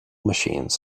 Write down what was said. machines